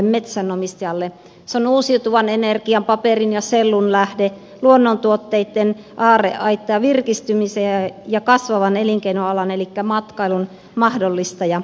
se on uusiutuvan energian paperin ja sellun lähde luonnontuotteitten aarreaitta sekä virkistymisen ja kasvavan elinkeinoalan elikkä matkailun mahdollistaja